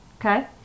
okay